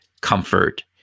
comfort